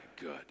Good